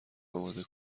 آماده